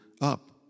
up